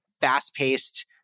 fast-paced